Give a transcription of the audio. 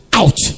out